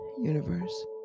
universe